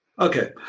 okay